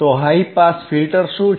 તો high pass filter શું છે